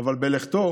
אבל בלכתו